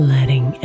Letting